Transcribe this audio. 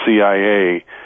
CIA